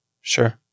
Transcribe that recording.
Sure